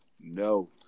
No